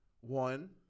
One